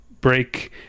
break